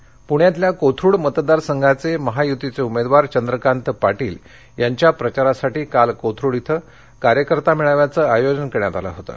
निवडणक कोथरूड पुण्यातल्या कोथरूड मतदारसंघाचे महायुतीचे उमेदवार चंद्रकांत पाटील यांच्या प्रचारासाठी काल कोथरूड इथं कार्यकर्ता मेळाव्याचं आयोजन करण्यात आलं होतं